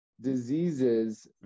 diseases